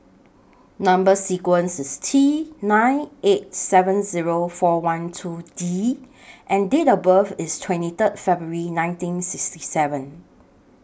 Number sequence IS T nine eight seven Zero four one two D and Date of birth IS twenty thrid February nineteen sixty seven